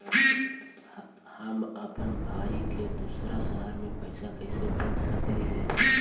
हम अप्पन भाई के दूसर शहर में पैसा कैसे भेज सकली हे?